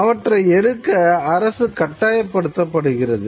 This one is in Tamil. அவற்றை எடுக்க அரசு கட்டாயப்படுத்தப்படுகிறது